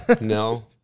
No